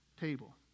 table